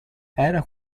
era